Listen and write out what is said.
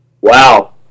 Wow